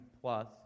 plus